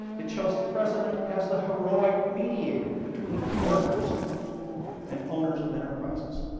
it shows the president as the heroic mediator between workers and owners of enterprises.